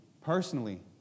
personally